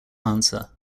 answer